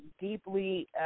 deeply